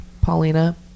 Paulina